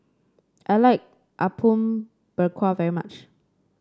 I like Apom Berkuah very much